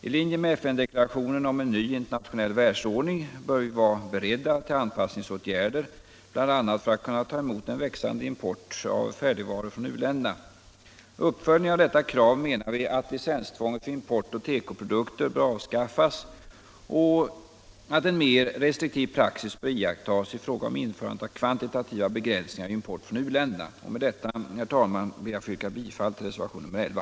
I linje med FN-deklarationen om en ny internationell världsordning bör vi vara beredda till anpassningsåtgärder bl.a. för att kunna ta emot en växande import av färdigvaror från u-länderna. I uppföljningen av detta krav menar vi att licenstvånget för import av tekoprodukter bör avskaffas och att en mer restriktiv praxis bör iakttas i fråga om införandet av kvantitativa begränsningar av import från u-länderna. Med detta ber jag att få yrka bifall till reservationen 11.